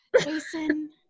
Jason